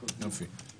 יופי.